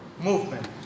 Movement